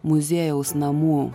muziejaus namų